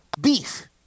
beef